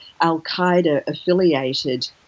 al-Qaeda-affiliated